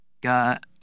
got